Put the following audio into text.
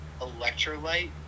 electrolyte